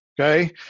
okay